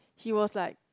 he was like